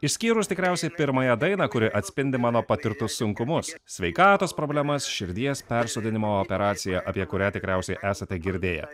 išskyrus tikriausiai pirmąją dainą kuri atspindi mano patirtus sunkumus sveikatos problemas širdies persodinimo operaciją apie kurią tikriausiai esate girdėję